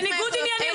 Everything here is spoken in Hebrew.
זה ניגוד עניינים.